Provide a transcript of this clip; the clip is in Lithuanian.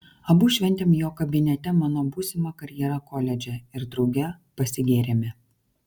abu šventėm jo kabinete mano būsimą karjerą koledže ir drauge pasigėrėme